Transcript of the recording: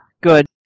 good